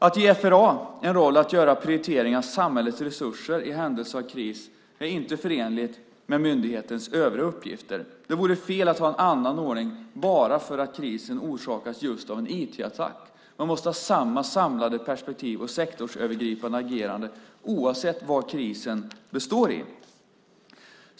Att ge FRA rollen att göra prioriteringar av samhällets resurser i händelse av kris är inte förenligt med myndighetens övriga uppgifter. Det vore fel att ha en annan ordning bara för att krisen orsakas just av en IT-attack. Man måste ha samma samlade perspektiv och sektorsövergripande agerande oavsett vad krisen består i.